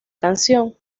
canción